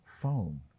phone